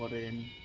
um in